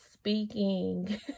Speaking